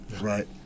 Right